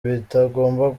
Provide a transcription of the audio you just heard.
bitagomba